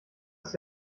ist